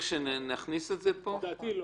זה